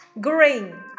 green